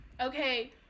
okay